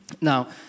Now